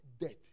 death